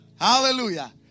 Hallelujah